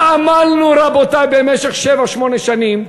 מה עמלנו, רבותי, במשך שבע-שמונה שנים?